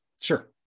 Sure